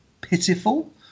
pitiful